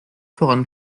voran